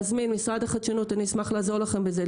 משרד החדשנות אני אשמח לעזור לכם בזה,